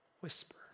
whisper